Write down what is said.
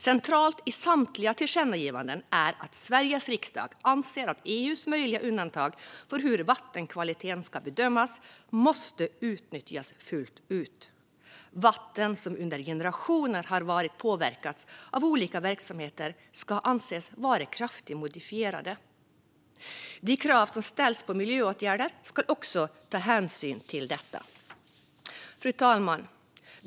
Centralt i samtliga tillkännagivanden är att Sveriges riksdag anser att EU:s möjliga undantag för hur vattenkvaliteten ska bedömas måste utnyttjas fullt ut. Vatten som under generationer har varit påverkade av olika verksamheter ska anses vara kraftigt modifierade. De krav som ställs på miljöåtgärder ska också ta hänsyn till detta. Fru talman!